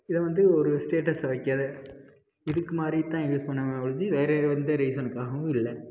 இதை வந்து ஒரு ஸ்டேட்டஸ் வைக்க இதுக்கு மாதிரி தான் யூஸ் பண்ணுவோமே ஒழிஞ்சி வேறு எந்த ரீசனுக்காகவும் இல்லை